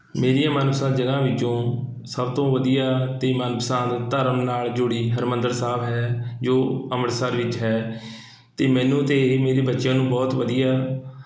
ਮੇਰੀਆਂ ਮਨਪਸੰਦ ਜਗ੍ਹਾ ਵਿੱਚੋਂ ਸਭ ਤੋਂ ਵਧੀਆ ਅਤੇ ਮਨਪਸੰਦ ਧਰਮ ਨਾਲ਼ ਜੁੜੀ ਹਰਿਮੰਦਰ ਸਾਹਿਬ ਹੈ ਜੋ ਅੰਮ੍ਰਿਤਸਰ ਵਿੱਚ ਹੈ ਅਤੇ ਮੈਨੂੰ ਅਤੇ ਇਹ ਮੇਰੇ ਬੱਚਿਆਂ ਨੂੰ ਬਹੁਤ ਵਧੀਆ